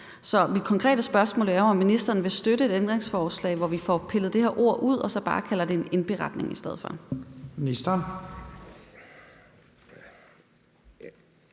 Så mit konkrete spørgsmål er jo, om ministeren vil støtte et ændringsforslag, hvor vi får pillet det her ord ud og så bare kalder det en indberetning i stedet for. Kl.